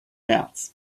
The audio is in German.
märz